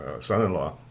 son-in-law